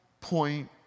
point